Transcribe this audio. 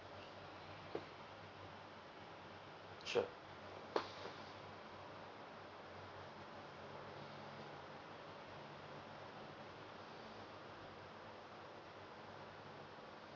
sure